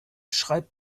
schreibt